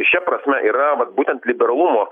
šia prasme yra vat būtent liberalumo